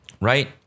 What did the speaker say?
Right